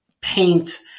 paint